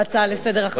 בהצעה לסדר החשובה הזאת.